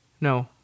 No